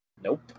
nope